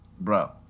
bro